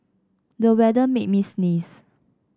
the weather made me sneeze